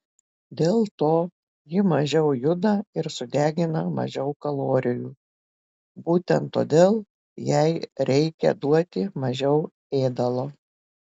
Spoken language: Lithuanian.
dėl to ji mažiau juda ir sudegina mažiau kalorijų būtent todėl jai reikia duoti mažiau ėdalo